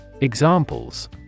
Examples